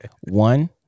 One